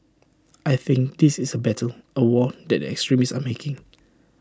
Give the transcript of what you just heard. I think this is A battle A war that the extremists are making